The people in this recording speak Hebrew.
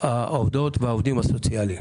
העובדות והעובדים הסוציאליים